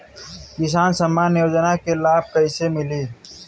किसान सम्मान योजना के लाभ कैसे मिली?